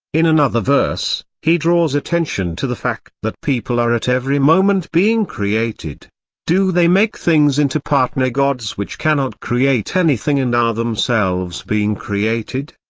in another verse, he draws attention to the fact that people are at every moment being created do they make things into partner-gods which cannot create anything and are themselves being created?